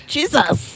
Jesus